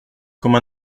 comme